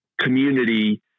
community